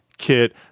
kit